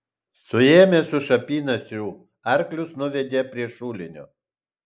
suėmęs už apynasrių arklius nuvedė prie šulinio